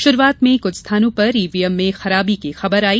शुरूआत में कुछ स्थानों पर ईवीएम में खराबी की खबर आई